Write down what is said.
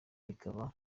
bikaba